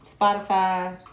Spotify